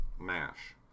mash